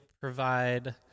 provide